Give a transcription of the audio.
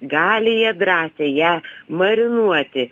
gali jie drąsiai ją marinuoti